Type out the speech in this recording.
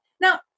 Now